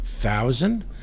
thousand